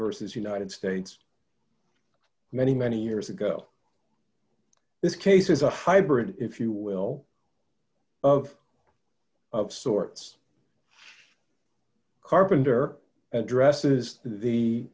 versus united states many many years ago this case is a hybrid if you will of of sorts carpenter addresses the